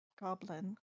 goblin